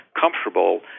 comfortable